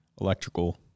electrical